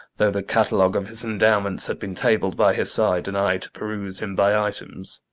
though the catalogue of his endowments had been tabled by his side, and i to peruse him by items.